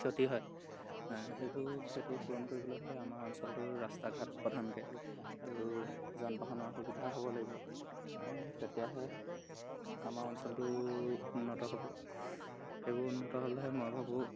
ক্ষতি হয় সেইবোৰ ক্ষতিপূৰণ কৰিবলৈ হ'লে আমাৰ অঞ্চলটোৰ ৰাস্তা ঘাট প্ৰধানকৈ আৰু যান বাহনৰ সুবিধা হ'ব লাগিব তেতিয়াহে আমাৰ অঞ্চলটো উন্নত হ'ব এইবোৰ উন্নত হ'লেহে মই ভাবোঁ